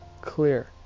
clear